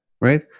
Right